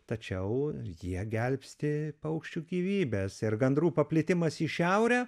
tačiau jie gelbsti paukščių gyvybes ir gandrų paplitimas į šiaurę